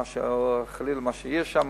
או חלילה מה שיש שם,